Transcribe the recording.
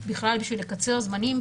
בכלל בשביל לקצר זמנים,